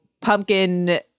Pumpkin